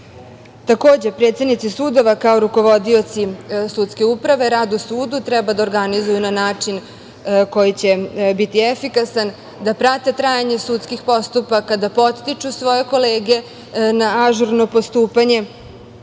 sudija. Takođe, predsednici sudova kao rukovodioci sudske uprave rad u sudu treba da organizuju na način koji će biti efikasan, da prate trajanje sudskih postupaka, da podstiču svoje kolege na ažurno postupanje